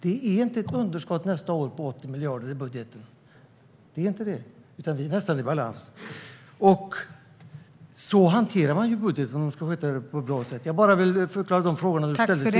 Det finns inget underskott på 80 miljarder nästa år i budgeten, utan den är nästan i balans. Så hanterar man budgeten på ett bra sätt. Jag ville bara ge en förklaring till de frågor som du ställde.